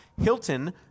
Hilton